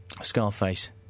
Scarface